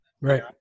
right